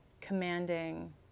commanding